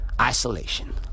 isolation